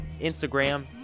instagram